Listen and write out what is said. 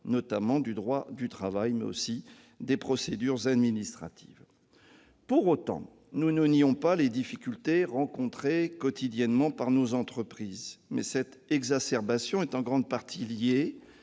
chef du droit du travail, mais aussi des procédures administratives. Pour autant, nous ne nions pas les difficultés rencontrées quotidiennement par nos entreprises. Seulement, cette exacerbation est en grande partie liée